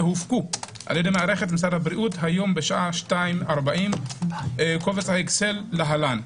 הופקו על-ידי מערכת משרד הבריאות היום בשעה 2:40. קובץ האקסל להלן.